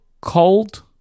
cold